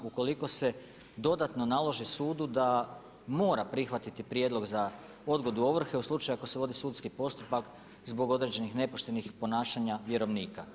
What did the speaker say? Ukoliko se dodatno naloži sudu da mora prihvatiti prijedlog za odgodu ovrhe u slučaju ako se vodi sudski postupak zbog određenih nepoštenih ponašanja vjerovnika.